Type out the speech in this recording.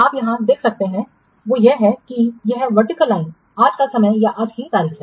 आप यहाँ देख सकते हैं वो यह है यह वर्टिकल लाइन आज का समय या आज की तारीख है